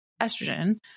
estrogen